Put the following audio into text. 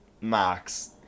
Max